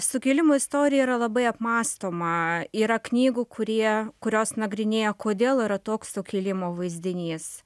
sukilimo istorija yra labai apmąstoma yra knygų kurie kurios nagrinėja kodėl yra toks sukilimo vaizdinys